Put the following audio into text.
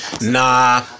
Nah